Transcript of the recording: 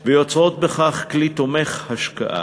ויוצרות בכך כלי תומך השקעה.